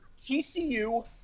TCU